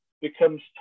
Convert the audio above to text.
becomes